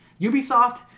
Ubisoft